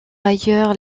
ailleurs